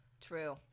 True